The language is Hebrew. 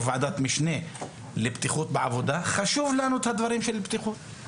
ועדת משנה לבטיחות בעבודה חשובה לנו הבטיחות אבל